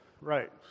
right